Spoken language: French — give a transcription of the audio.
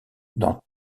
dans